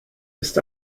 ist